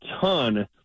ton